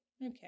Okay